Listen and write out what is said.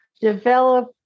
develop